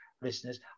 listeners